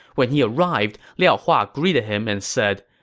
when he arrived, liao hua greeted him and said,